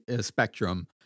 spectrum